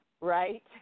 right